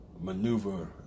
Maneuver